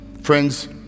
Friends